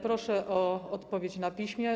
Proszę o odpowiedź na piśmie.